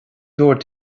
dúirt